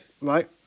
Right